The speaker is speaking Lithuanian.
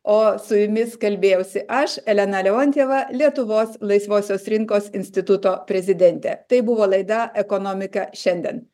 o su jumis kalbėjausi aš elena leontjeva lietuvos laisvosios rinkos instituto prezidentė tai buvo laida ekonomika šiandien